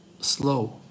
slow